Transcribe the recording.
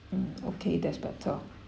mm okay that's better